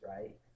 right